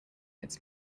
its